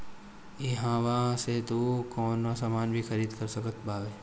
इहवा से तू कवनो सामान भी खरीद सकत बारअ